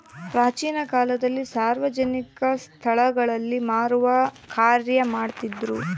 ಪ್ರಾಚೀನ ಕಾಲದಲ್ಲಿ ಸಾರ್ವಜನಿಕ ಸ್ಟಳಗಳಲ್ಲಿ ಮಾರುವ ಕಾರ್ಯ ಮಾಡ್ತಿದ್ರು